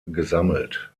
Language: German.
gesammelt